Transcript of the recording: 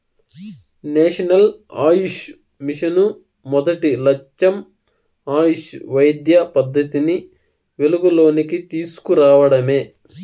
national Ayush mission మొదటి లచ్చెం ఆయుష్ వైద్య పద్దతిని వెలుగులోనికి తీస్కు రావడమే